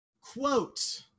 Quote